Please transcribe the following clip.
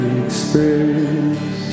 express